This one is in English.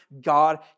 God